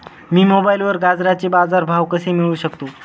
मी मोबाईलवर गाजराचे बाजार भाव कसे मिळवू शकतो?